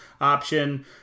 option